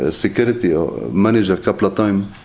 ah security or manager a couple of times,